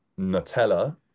Nutella